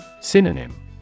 Synonym